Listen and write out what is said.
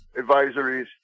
advisories